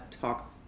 talk